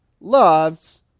loves